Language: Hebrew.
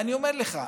אני אומר לך,